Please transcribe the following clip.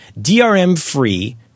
DRM-free